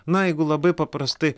na jeigu labai paprastai